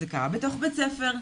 זה קרה בתוך בית הספר,